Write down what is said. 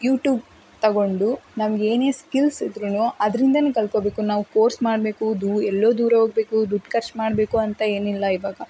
YouTube ತಗೊಂಡು ನಮಗೇನೇ skills ಇದ್ರೂ ಅದರಿಂದಾನೇ ಕಲ್ತ್ಕೋಬೇಕು ನಾವು ಕೋರ್ಸ್ ಮಾಡಬೇಕು ದು ಎಲ್ಲೋ ದೂರ ಹೋಗಬೇಕು ದುಡ್ಡು ಖರ್ಚು ಮಾಡಬೇಕು ಅಂತ ಏನಿಲ್ಲ ಈವಾಗ